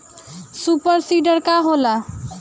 Super seeder का होला?